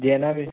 જેના બી